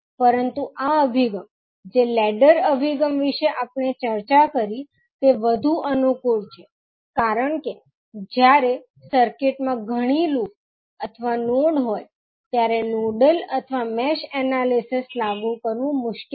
પરંતુ આ અભિગમ જે લેડર અભિગમ વિશે આપણે ચર્ચા કરી તે વધુ અનુકૂળ છે કારણ કે જ્યારે સર્કિટમાં ઘણી લૂપ અથવા નોડ હોય છે ત્યારે નોડલ અથવા મેશ એનાલિસિસ લાગુ કરવું મુશ્કેલ હોય છે